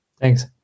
Thanks